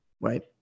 right